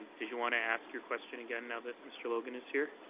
did you want to ask your question again now that mr. logan is here?